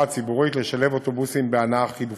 הציבורית לשלב אוטובוסים בהנעה חלופית.